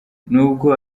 nubwo